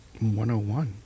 101